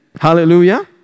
Hallelujah